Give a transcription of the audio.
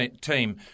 team